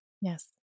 Yes